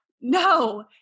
No